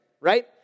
right